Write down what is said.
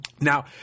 Now